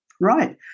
Right